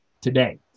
today